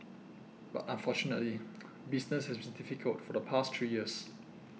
but unfortunately business has been difficult for the past three years